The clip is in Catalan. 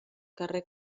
carrer